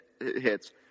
hits